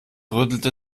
rüttelte